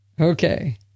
Okay